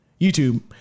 YouTube